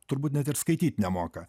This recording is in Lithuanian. turbūt net ir skaityt nemoka